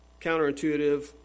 counterintuitive